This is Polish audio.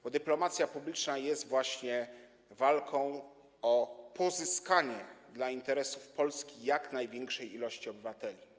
Bo dyplomacja publiczna jest właśnie walką o pozyskanie dla interesów Polski jak największej ilości obywateli.